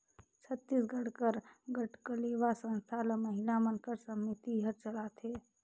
छत्तीसगढ़ कर गढ़कलेवा संस्था ल महिला मन कर समिति हर चलाथे